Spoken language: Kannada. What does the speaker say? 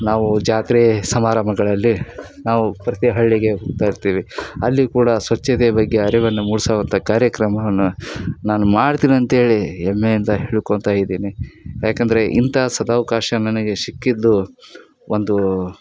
ನಾವು ಜಾತ್ರೆ ಸಮಾರಂಭಗಳಲ್ಲಿ ನಾವು ಪ್ರತಿ ಹಳ್ಳಿಗೆ ಹೋಗ್ತಾ ಇರ್ತೀವಿ ಅಲ್ಲಿ ಕೂಡ ಸ್ವಚ್ಛತೆಯ ಬಗ್ಗೆ ಅರಿವನ್ನು ಮೂಡ್ಸುವಂಥ ಕಾರ್ಯಕ್ರಮವನ್ನು ನಾನು ಮಾಡ್ತೀನಂತೇಳಿ ಹೆಮ್ಮೆಯಿಂದ ಹೇಳ್ಕೊಳ್ತಾ ಇದ್ದೀನಿ ಏಕಂದ್ರೆ ಇಂಥ ಸದವಕಾಶ ನನಗೆ ಸಿಕ್ಕಿದ್ದು ಒಂದು